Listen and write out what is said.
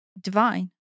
divine